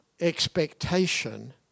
expectation